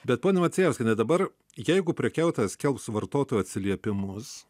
bet ponia macijauskiene dabar jeigu prekiautojas skelbs vartotojų atsiliepimus